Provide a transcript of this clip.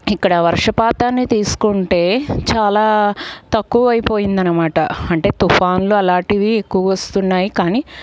ఇక్కడ వర్షపాతాన్ని తీసుకుంటే చాలా తక్కువ అయిపోయింది అన్నమాట అంటే తుఫాన్లు అలాంటివి ఎక్కువ వస్తున్నాయి కానీ